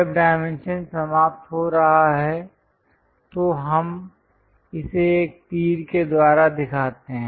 जब डायमेंशन समाप्त हो रहा है तो हम इसे एक तीर के द्वारा दिखाते हैं